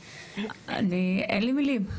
אני, אין לי מילים.